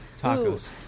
tacos